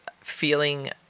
feeling